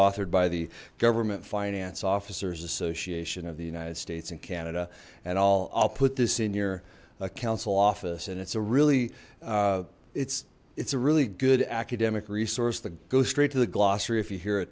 authored by the government finance officers association of the united states and canada and all i'll put this in your council office and it's a really it's it's a really good academic resource that goes straight to the glossary if you hear a